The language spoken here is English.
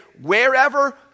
wherever